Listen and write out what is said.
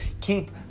keep